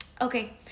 okay